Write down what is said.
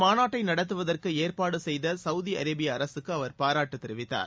மாநாட்டை நடத்துவதற்கு ஏற்பாடுசெய்த சவுதி அரேபிய அரசுக்கு அவர் பாராட்டுத் இந்த தெரிவித்தார்